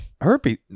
Herpes